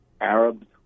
Arabs